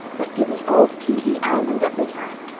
but give me old p e. island every time.